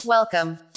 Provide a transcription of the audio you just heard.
Welcome